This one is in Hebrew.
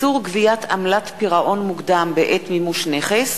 (איסור גביית עמלת פירעון מוקדם בעת מימוש נכס),